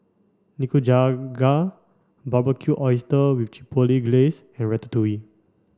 Nikujaga Barbecued Oysters with Chipotle Glaze and Ratatouille